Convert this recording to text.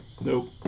Nope